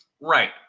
Right